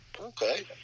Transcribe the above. Okay